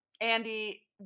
Andy